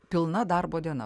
pilna darbo diena